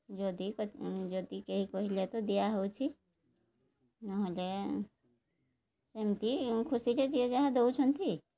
ଯଦି ଯଦି କେହି କହିଲେ ତ ଦିଆହେଉଛି ନହେଲେ ସେମିତି ଖୁସିରେ ଯିଏ ଯାହା ଦେଉଛନ୍ତି